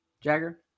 Jagger